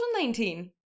2019